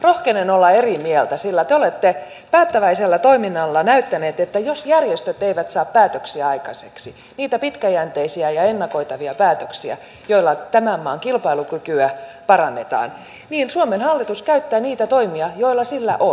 rohkenen olla eri mieltä sillä te olette päättäväisellä toiminnalla näyttäneet että jos järjestöt eivät saa päätöksiä aikaiseksi niitä pitkäjänteisiä ja ennakoitavia päätöksiä joilla tämän maan kilpailukykyä parannetaan niin suomen hallitus käyttää niitä toimia joita sillä on